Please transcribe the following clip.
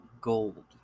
gold